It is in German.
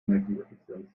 energieeffizienz